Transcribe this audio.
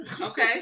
Okay